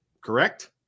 Correct